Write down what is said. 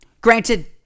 Granted